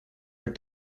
per